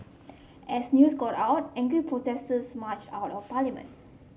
as news got out angry protesters marched on parliament